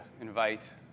invite